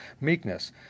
Meekness